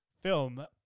film